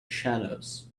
shadows